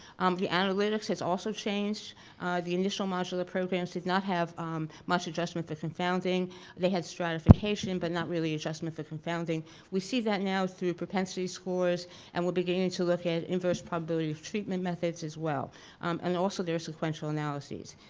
the analytics has also changed the initial modular programs did not have much adjustment for confounding they had stratification and but not really adjustment for confounding we see that now through propensity scores and we're beginning to look at it inverse probability of treatment methods as well and also their sequential analyses.